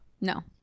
No